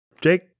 jake